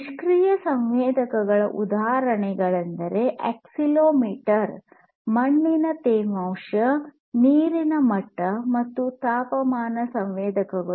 ನಿಷ್ಕ್ರಿಯ ಸಂವೇದಕಗಳ ಉದಾಹರಣೆಗಳೆಂದರೆ ಅಕ್ಸೆಲೆರೊಮೀಟರ್ ಮಣ್ಣಿನ ತೇವಾಂಶ ನೀರಿನ ಮಟ್ಟ ಮತ್ತು ತಾಪಮಾನ ಸಂವೇದಕಗಳು